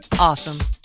awesome